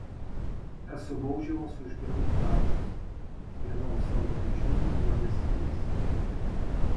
esu baudžiamas už gerus darbus vienam savo bičiuliui guodėsi jis